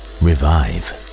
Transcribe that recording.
revive